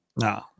No